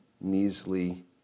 measly